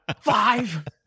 Five